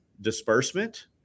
disbursement